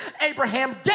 Abraham